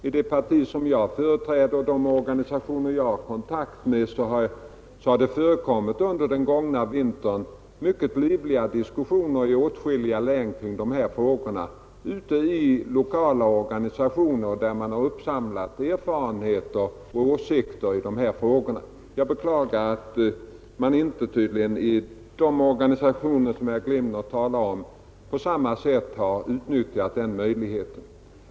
I det parti som jag företräder och i de organisationer jag har kontakt med har det under den gångna vintern i åtskilliga län förekommit mycket livliga diskussioner kring de här frågorna ute i lokala organisationer, där man har redovisat önskemål och åsikter i dessa frågor. Jag beklagar att man tydligen inte i de organisationer som herr Glimnér talar om på samma sätt har utnyttjat den möjligheten.